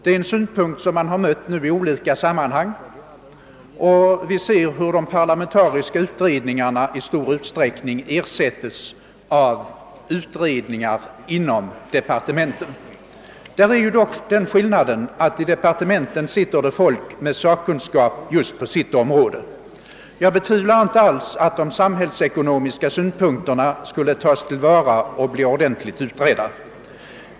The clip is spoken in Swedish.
Det är en synpunkt som man har mött i olika sammanhang, och vi ser hur de parlamentariska utredningarna i stor utsträckning ersättes av utredningar inom departementen. I departementen sitter folk med sakkunskap just på sitt område, och jag betvivlar inte alls att de ekonomiska synpunkterna skulle tas till vara och bli ordentligt utredda.